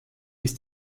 ist